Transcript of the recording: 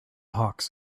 hawks